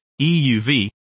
EUV